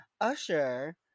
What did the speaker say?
Usher